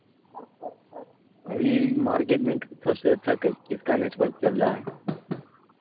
ابھی مارکیٹ میں سب سے اچھا کس کا نیٹورک چل رہا ہے